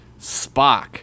Spock